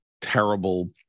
terrible